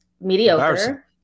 mediocre